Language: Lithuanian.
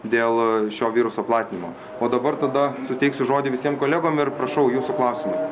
dėl šio viruso platinimo o dabar tada suteiksiu žodį visiem kolegom ir prašau jūsų klausimai